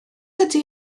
ydy